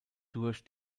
durch